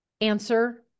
answer